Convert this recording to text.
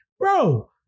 Bro